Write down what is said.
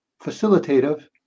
facilitative